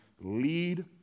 lead